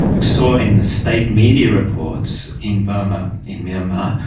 you saw in the state media reports in burma, in myanmar,